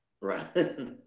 Right